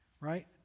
right